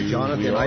Jonathan